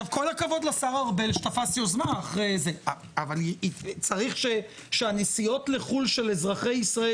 כל הכבוד לשר ארבל שתפס יוזמה אבל צריך שהנסיעות לחו"ל של אזרחי ישראל